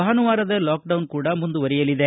ಭಾನುವಾರದ ಲಾಕ್ಡೌನ್ ಕೂಡಾ ಮುಂದುವರಿಯಲಿದೆ